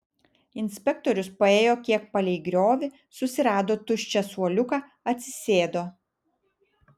inspektorius paėjo kiek palei griovį susirado tuščią suoliuką atsisėdo